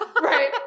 Right